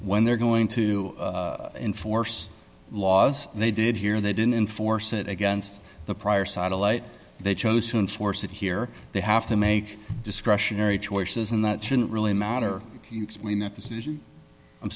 when they're going to enforce laws they did here they didn't enforce it against the prior satellite they chose one source it here they have to make discretionary choices and that shouldn't really matter when that decision i'm